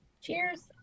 cheers